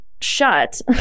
shut